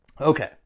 Okay